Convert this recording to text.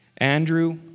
Andrew